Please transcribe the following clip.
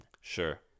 Sure